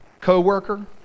co-worker